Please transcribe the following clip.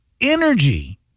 energy